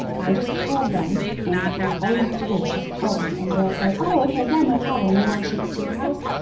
i just called them and that's all you have to do is just call them and they'll say, oh, okay, yeah no problem. you want to ship it to your house?